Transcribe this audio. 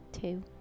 Two